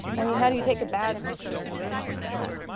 i mean how do you take a bad picture in a room like that?